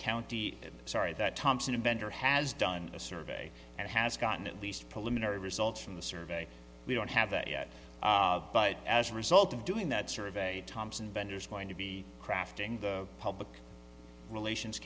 county sorry that thompson inventor has done a survey and has gotten at least pollution or results from the survey we don't have that yet but as a result of doing that survey thompson vendors are going to be crafting the public relation